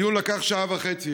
הדיון לקח שעה וחצי.